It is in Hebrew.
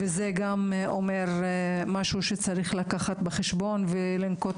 ולכן צריך לקחת את זה בחשבון ולנקוט